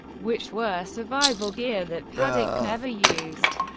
which were survival gear that paddock never used.